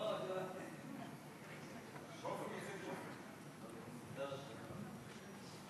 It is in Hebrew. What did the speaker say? אדוני היושב-ראש, רבותי חברי הכנסת, אדוני שר